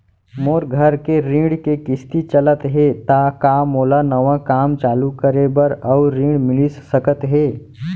मोर घर के ऋण के किसती चलत हे ता का मोला नवा काम चालू करे बर अऊ ऋण मिलिस सकत हे?